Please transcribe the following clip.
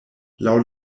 laŭ